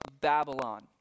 Babylon